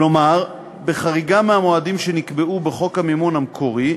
כלומר בחריגה מהמועדים שנקבעו בחוק המימון המקורי,